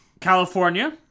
california